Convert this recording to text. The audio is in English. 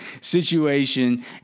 situation